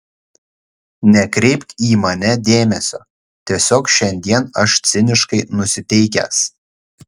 nekreipk į mane dėmesio tiesiog šiandien aš ciniškai nusiteikęs